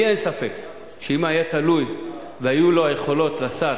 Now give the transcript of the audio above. לי אין ספק שאם היה תלוי, והיו לו יכולות, לשר,